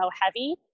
heavy